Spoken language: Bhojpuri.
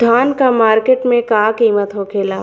धान क मार्केट में का कीमत होखेला?